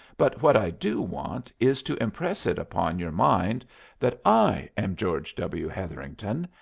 but what i do want is to impress it upon your mind that i am george w. hetherington,